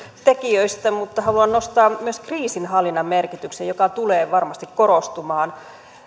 tekijöistä mutta haluan nostaa myös kriisinhallinnan merkityksen joka tulee varmasti korostumaan